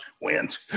wins